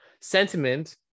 Sentiment